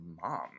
mom